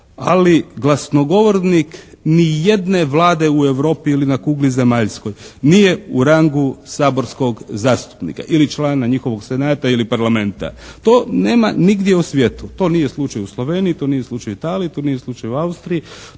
Ali glasnogovornik nijedne Vlade u Europi ili na kugli zemaljskoj nije u rangu saborskog zastupnika ili člana njihovog senata ili parlamenta. To nema nigdje u svijetu. To nije slučaj u Sloveniji, to nije slučaj u Italiji, to nije slučaj u Austriji,